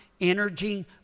energy